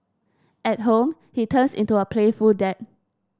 at home he turns into a playful dad